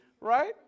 Right